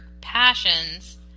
passions